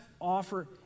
offer